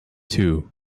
two